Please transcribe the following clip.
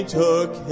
took